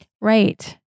Right